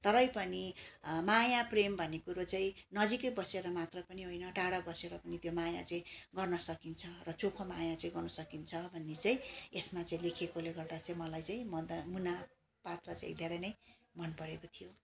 तरै पनि माया प्रेम भन्ने कुरो चाहिँ नजिकै बसेर मात्र पनि होइन टाढा बसेर पनि त्यो माया चाहिँ गर्न सकिन्छ र चोखो माया चाहिँ गर्न सकिन्छ भन्ने चाहिँ यसमा चाहिँ लेखिएकोले गर्दा चाहिँ मलाई चाहिँ मदन मुना पात्र चाहिँ धेरै नै मनपरेको थियो